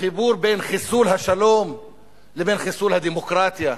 החיבור בין חיסול השלום לבין חיסול הדמוקרטיה.